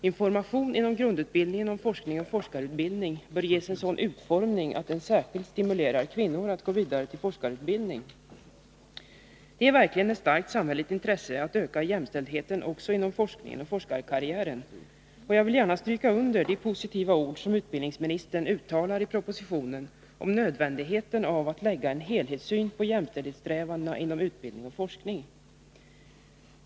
Information inom grundutbildningen om forskning och forskarutbildning bör ges en sådan utformning att den stimulerar särskilt kvinnor att gå vidare till forskarutbildning. Det är verkligen ett starkt samhälleligt intresse att öka jämställdheten också inom forskningen och forskarkarriären. Och jag vill gärna stryka under de positiva ord som utbildningsministern uttalar i propositionen om nödvändigheten av att anlägga en helhetssyn på jämställdhetssträvandena inom utbildning och forskning.